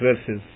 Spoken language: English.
verses